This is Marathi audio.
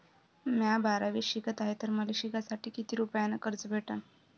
म्या बारावीत शिकत हाय तर मले शिकासाठी किती रुपयान कर्ज भेटन?